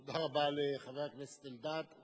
תודה רבה לחבר הכנסת אלדד.